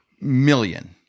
million